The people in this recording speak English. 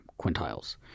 quintiles